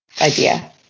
idea